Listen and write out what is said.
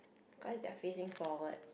because they are facing forwards